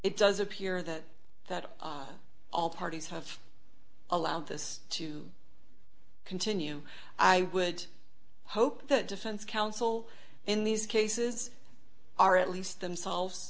it does appear that that all parties have allowed this to continue i would hope that defense counsel in these cases are at least themselves